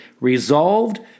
resolved